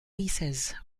pieces